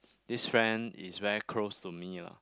this friend is very close to me lah